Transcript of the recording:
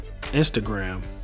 Instagram